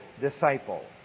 disciple